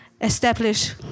establish